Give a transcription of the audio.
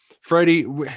Freddie